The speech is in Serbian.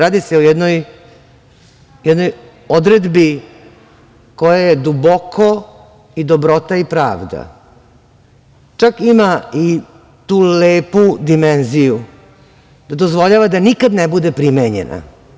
Radi se o jednoj odredbi koja je duboko i dobrota i pravda, čak ima i tu lepu dimenziju da dozvoljava da nikad ne bude primenjena.